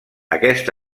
aquest